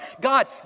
God